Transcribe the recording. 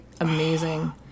amazing